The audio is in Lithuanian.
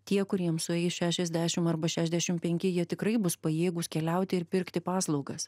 tie kuriems sueis šešiasdešim arba šešiasdešim penki jie tikrai bus pajėgūs keliauti ir pirkti paslaugas